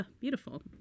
beautiful